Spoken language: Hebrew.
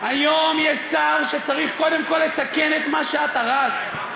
היום יש שר שצריך קודם כול לתקן את מה שאת הרסת.